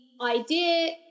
idea